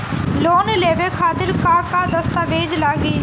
Loan लेवे खातिर का का दस्तावेज लागी?